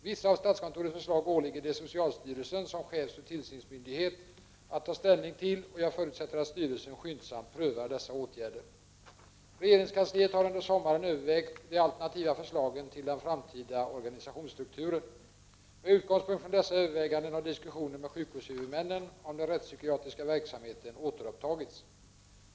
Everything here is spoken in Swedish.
Vissa av statskontorets förslag åligger det socialstyrelsen som chefsoch tillsynsmyndighet att ta ställning till, och jag förutsätter att styrelsen skyndsamt prövar dessa åtgärder. Regeringskansliet har under sommaren övervägt de alternativa förslagen till framtida organisationsstruktur. Med utgångspunkt i dessa överväganden har diskussioner med sjukvårdshuvudmännen om den rättspsykiatriska verksamheten återupptagits.